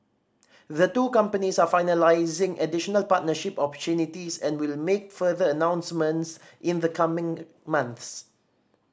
the two companies are finalising additional partnership opportunities and will make further announcements in the coming months